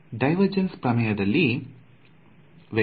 divergence ಪ್ರಮೇಯ ಉಪಯೋಗಿಸಿದಲ್ಲಿ ಸಿಗುತ್ತದೆ